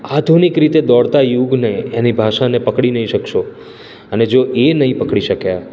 આધુનિક રીતે દોડતા યુગને એની ભાષાને પકડી નહીં શકશો અને જો એ નહીં પકડી શક્યા